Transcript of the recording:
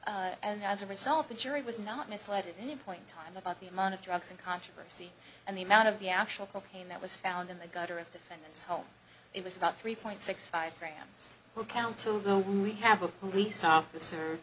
and as a result the jury was not misled him point in time about the amount of drugs and controversy and the amount of the actual cocaine that was found in the gutter of defendants home it was about three point six five grams who counsel though we have a police officer